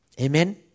Amen